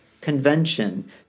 convention